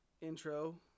intro